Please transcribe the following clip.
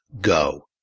go